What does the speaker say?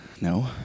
No